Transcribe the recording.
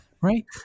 right